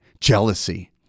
jealousy